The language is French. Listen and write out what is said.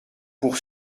pour